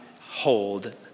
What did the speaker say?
hold